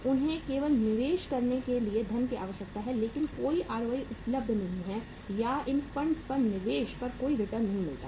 उन्हें केवल निवेश करने के लिए धन की आवश्यकता है लेकिन कोई आरओआई ROI उपलब्ध नहीं है या इन फंडस पर निवेश पर कोई रिटर्न नहीं मिलता है